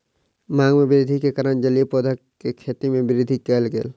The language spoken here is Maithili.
मांग में वृद्धि के कारण जलीय पौधा के खेती में वृद्धि कयल गेल